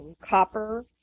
Copper